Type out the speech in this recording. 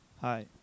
Hi